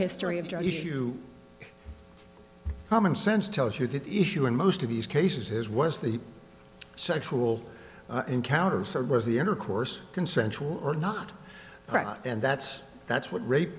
history of drug issue common sense tells you that the issue in most of these cases is was the sexual encounters or was the intercourse consensual or not present and that's that's what rape